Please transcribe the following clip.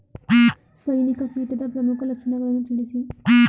ಸೈನಿಕ ಕೀಟದ ಪ್ರಮುಖ ಲಕ್ಷಣಗಳನ್ನು ತಿಳಿಸಿ?